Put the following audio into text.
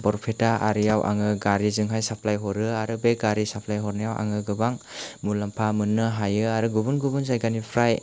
बरपेटा आरिआव आं गारिजोंहाय साप्लाइ हरो आरो बे गारि साप्लाइ हरनायाव आङो गोबां मुलाम्फा मोननो हायो आरो गुबुन गुबुन जायगानिफ्राय